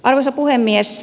arvoisa puhemies